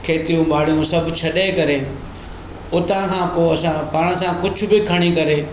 खेतियूं बाड़ियूं सभु छॾे करे उतां खां पोइ असां पाण सां कुझु भी खणी करे